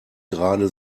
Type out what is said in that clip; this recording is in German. gerade